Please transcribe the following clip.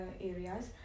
areas